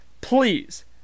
please